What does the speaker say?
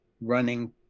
running